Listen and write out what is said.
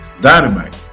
Dynamite